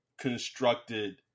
constructed